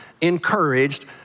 encouraged